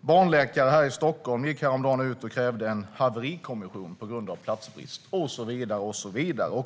Barnläkare här i Stockholm gick häromdagen ut och krävde en haverikommission på grund av platsbrist och så vidare.